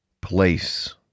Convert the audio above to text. place